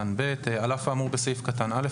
(ב)על אף האמור בסעיף קטן (א),